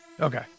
okay